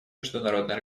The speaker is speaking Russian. международной